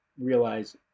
realize